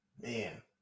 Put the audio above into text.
man